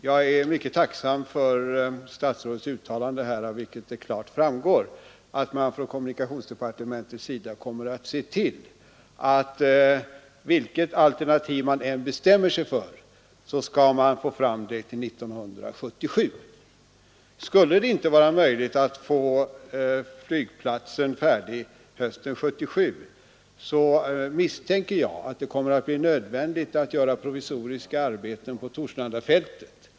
Jag är mycket tacksam för statsrådets uttalande här, av vilket det klart framgår att man från kommunikationsdepartementets sida kommer att se till att vilket alternativ man än bestämmer sig för, så skall man få fram det till 1977. Skulle det inte vara möjligt att få flygplatsen färdig hösten 1977, så misstänker jag att det kommer att bli nödvändigt att göra provisoriska arbeten på Torslandafältet.